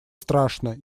страшно